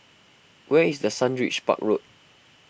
where is the Sundridge Park Road